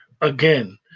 again